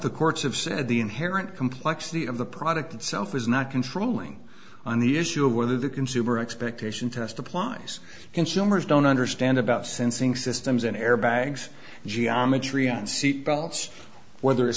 the courts have said the inherent complexity of the product itself is not controlling on the issue of whether the consumer expectation test applies consumers don't understand about sensing systems and airbags geometry and seat belts whether